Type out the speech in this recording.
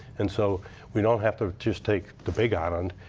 and so we don't have to just take the big island.